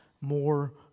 more